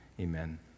Amen